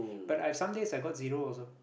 but I some days I got zero also